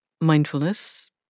mindfulness